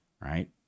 right